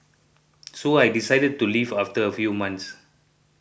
so I decided to leave after a few months